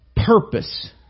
purpose